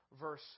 verse